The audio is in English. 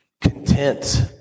content